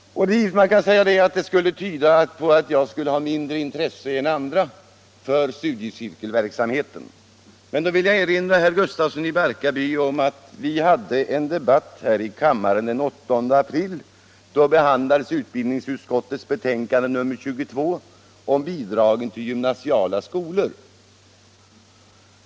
När herr Gustafsson i Barkarby säger att det tyder på att jag skulle ha mindre intresse än andra för studiecirkelverksamhet vill jag erinra herr Gustafsson om att vi hade en debatt här i kammaren den 8 april, då utbildningsutskottets betänkande nr 22 om bidragen till gymnasiala skolor behandlades.